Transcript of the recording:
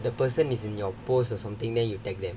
the person is in your post or something then you take them